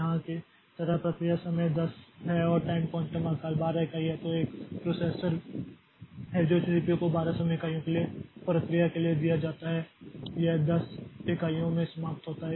यहाँ की तरह प्रक्रिया समय 10 है और टाइम क्वांटम आकार 12 इकाई है तो यह एक प्रोसेसर है जो सीपीयू को 12 समय इकाइयों के लिए प्रक्रिया के लिए दिया जाता है यह 10 इकाइयों में समाप्त होता है